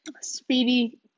Speedy